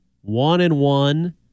one-and-one